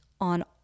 on